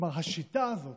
כלומר, השיטה הזאת